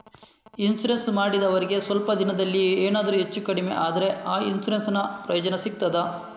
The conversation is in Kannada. ಇನ್ಸೂರೆನ್ಸ್ ಮಾಡಿದವರಿಗೆ ಸ್ವಲ್ಪ ದಿನದಲ್ಲಿಯೇ ಎನಾದರೂ ಹೆಚ್ಚು ಕಡಿಮೆ ಆದ್ರೆ ಆ ಇನ್ಸೂರೆನ್ಸ್ ನ ಪ್ರಯೋಜನ ಸಿಗ್ತದ?